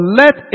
let